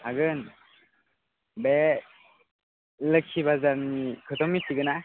हागोन बे लोक्षि बाजारनि खोथ' मिथिगौ ना